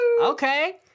Okay